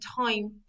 time